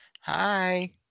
Hi